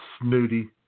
snooty